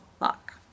luck